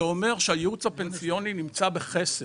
זה אומר שהייעוץ הפנסיוני נמצא בחסר.